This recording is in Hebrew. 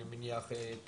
אני מניח,